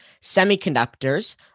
semiconductors